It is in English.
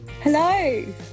Hello